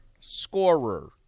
Scorer